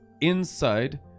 inside